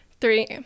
Three